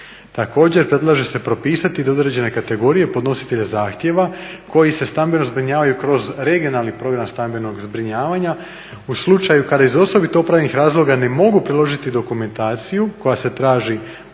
Također predlaže se propisati da određene kategorije podnositelja zahtjeva koji se stambeno zbrinjavaju kroz regionalni program stambenog zbrinjavanja u slučaju kada iz osobito opravdanih razloga ne mogu priložiti dokumentaciju koja se traži u članku 12.